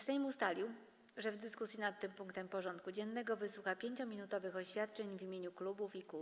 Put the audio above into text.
Sejm ustalił, że w dyskusji nad tym punktem porządku dziennego wysłucha 5-minutowych oświadczeń w imieniu klubów i kół.